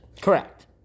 Correct